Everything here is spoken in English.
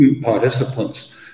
participants